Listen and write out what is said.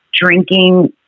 Drinking